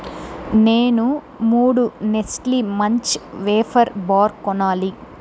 నేను మూడు Nestle Munch wafer bar కొనాలి